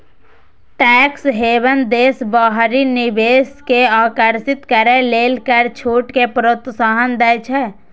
tax haven देश बाहरी निवेश कें आकर्षित करै लेल कर छूट कें प्रोत्साहन दै छै